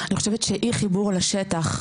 אני חושבת שאי חיבור לשטח,